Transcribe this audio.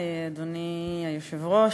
אדוני היושב-ראש,